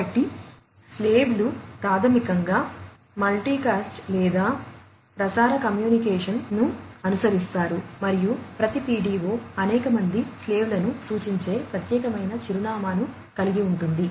కాబట్టి స్లేవ్లు ప్రాథమికంగా మల్టీకాస్ట్ లేదా ప్రసార కమ్యూనికేషన్ను అనుసరిస్తారు మరియు ప్రతి PDO అనేక మంది స్లేవ్లను సూచించే ప్రత్యేకమైన చిరునామాను కలిగి ఉంటుంది